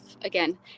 again